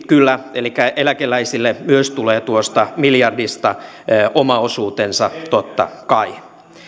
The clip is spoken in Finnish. kyllä elikkä eläkeläisille myös tulee tuosta miljardista oma osuutensa totta kai